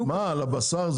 מה, על הבשר.